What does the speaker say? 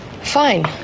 Fine